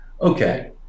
Okay